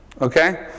Okay